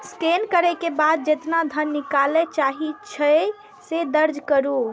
scan करै के बाद जेतबा धन निकालय चाहै छी, से दर्ज करू